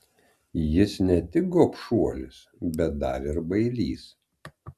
jis ne tik gobšuolis bet dar ir bailys